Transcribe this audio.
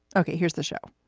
okay here's the show